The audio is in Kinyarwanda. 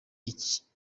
cyaba